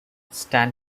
stan